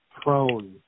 prone